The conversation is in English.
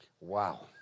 Wow